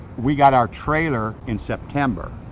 we got our trailer in september,